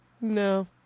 no